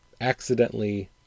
accidentally